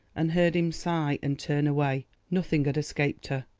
and heard him sigh and turn away nothing had escaped her.